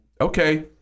Okay